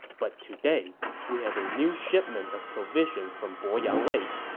but today we have a new shipment of provisions from poyang lake,